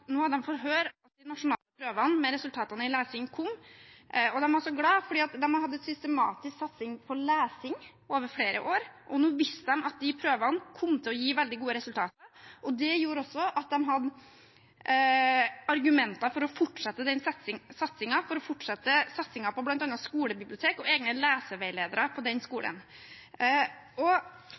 de nasjonale prøvene i lesing kom. De var så glade, for de hadde hatt en systematisk satsing på lesing over flere år, og nå visste de at de prøvene kom til å gi veldig gode resultater. Det gjorde også at de hadde argumenter for å fortsette den satsingen, for å fortsette satsingen på bl.a. skolebibliotek og egne leseveiledere på den skolen.